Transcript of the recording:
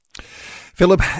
Philip